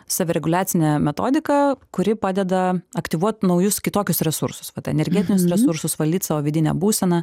savireguliacinė metodika kuri padeda aktyvuot naujus kitokius resursus vat energetinius resursus valdyt savo vidinę būseną